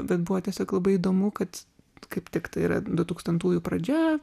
bet buvo tiesiog labai įdomu kad kaip tiktai yra du tūkstantųjų pradžia